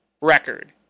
record